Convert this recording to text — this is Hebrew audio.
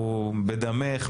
הוא בדמך,